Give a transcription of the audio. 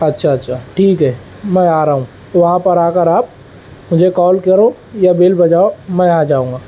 اچھا اچھا ٹھیک ہے میں آ رہا ہوں وہاں پر آ کر آپ مجھے کال کرو یا بیل بجاؤ میں آ جاؤں گا